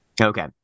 Okay